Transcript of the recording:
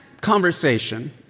conversation